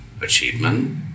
achievement